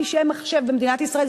פשעי מחשב במדינת ישראל,